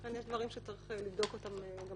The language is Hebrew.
לכן יש דברים שצריך לבדוק אותם גם